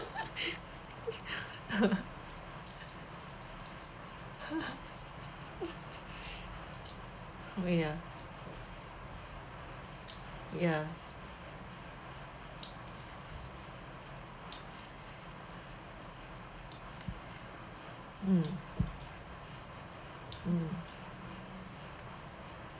where ah ya mm mm